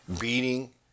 beating